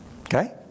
Okay